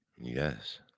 yes